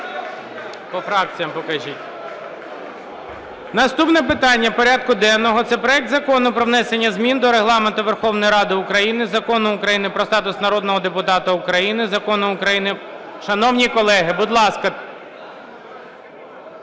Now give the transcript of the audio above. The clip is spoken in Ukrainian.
Наступне питання порядку денного – це проект Закону про внесення змін до Регламенту Верховної Ради України, Закону України "Про статус народного депутата України", Закону України (шановні колеги, будь ласка!)